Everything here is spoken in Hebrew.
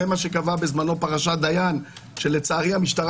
זה מה שנקבע בפרשת דיין שלצערי המשטרה